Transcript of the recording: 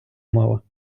мова